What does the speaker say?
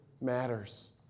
matters